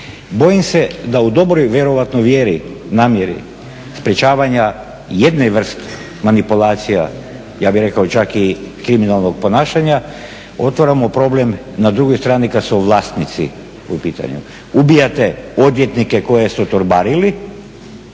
Bojim se da u dobroj vjerojatno vjeri, namjeri sprječavanja jedne vrste manipulacija, ja bih rekao čak i kriminalnog ponašanja, otvaramo problem na drugoj strani kad su vlasnici u pitanju. Ubijate odvjetnike koje su torbarili,